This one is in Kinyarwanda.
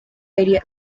yari